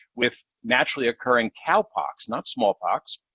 with naturally occurring cowpox, not smallpox.